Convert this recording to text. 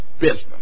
business